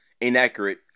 inaccurate